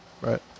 right